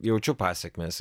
jaučiu pasekmes